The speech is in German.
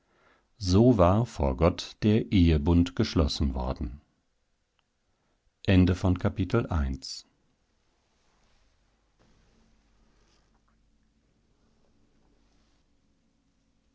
so war vor gott der ehebund geschlossen worden